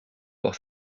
pour